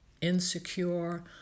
insecure